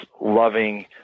loving